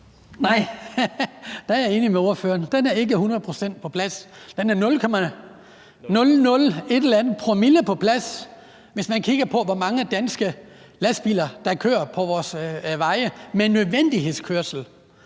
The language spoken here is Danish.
– der er jeg enig med ordføreren. Den er nul komma nul nul et eller andet promille på plads, hvis man kigger på, hvor mange danske lastbiler der kører på vores veje med nødvendighedskørsel.